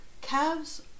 Calves